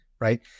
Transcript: Right